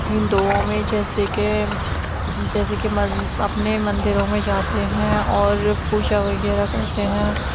ہندؤں میں جیسے کہ جیسے کہ مند اپنے مندروں میں جاتے ہیں اور پوجا وغیرہ کرتے ہیں